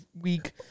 week